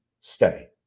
stay